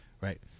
Right